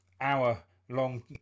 hour-long